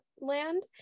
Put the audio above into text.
land